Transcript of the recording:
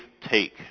take